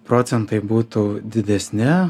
procentai būtų didesni